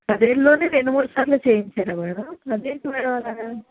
పది ఏళ్ళలో రెండు మూడు సార్లు చేయించారా మ్యాడమ్ అదేంటి మ్యాడమ్ అలాగా